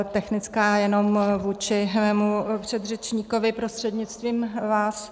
Technická jenom vůči mému předřečníkovi prostřednictvím vás.